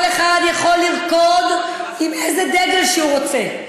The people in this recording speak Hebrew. כל אחד יכול לרקוד עם איזה דגל שהוא רוצה,